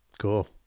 Cool